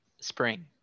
spring